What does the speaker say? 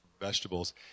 vegetables